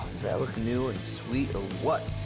that look new and sweet or what?